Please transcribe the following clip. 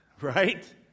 Right